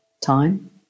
time